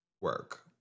Work